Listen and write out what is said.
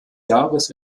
jahres